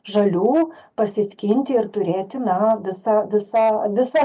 žalių pasiskinti ir turėti na visą visą visą